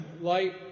light